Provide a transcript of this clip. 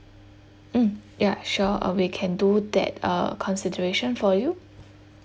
mm ya sure uh we can do that uh consideration for you